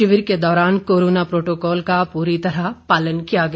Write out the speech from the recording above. शिविर के दौरान कोरोना प्रोटोकोल का पूरी तरह पालन किया गया